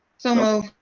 so moved.